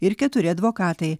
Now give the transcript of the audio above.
ir keturi advokatai